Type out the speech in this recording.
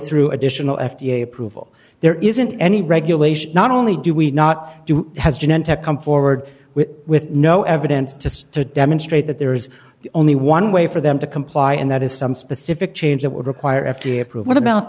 through additional f d a approval there isn't any regulation not only do we not do has jeannette to come forward with with no evidence to to demonstrate that there is only one way for them to comply and that is some specific change that would require f d a approve what about